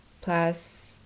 plus